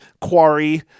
quarry